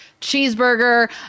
cheeseburger